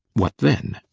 what then?